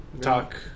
talk